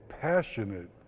passionate